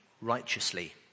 righteously